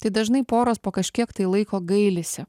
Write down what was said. tai dažnai poros po kažkiek laiko gailisi